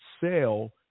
sell